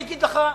אני אגיד לך.